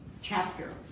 chapter